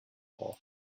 war